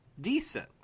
decent